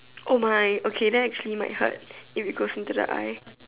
oh my okay that actually might hurt if it goes into the eye